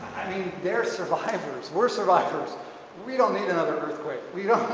i mean they're survivors we're survivors we don't need another earthquake, we don't